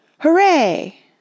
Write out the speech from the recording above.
Hooray